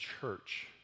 church